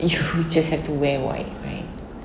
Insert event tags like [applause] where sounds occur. you [laughs] just have to wear white right